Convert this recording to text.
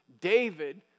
David